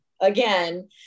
again